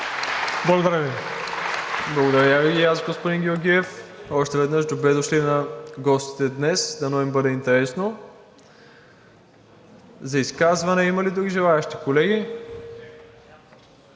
Благодаря Ви и аз, господин Георгиев. Още веднъж, добре дошли на гостите днес! Дано им бъде интересно. За изказване има ли други желаещи, колеги?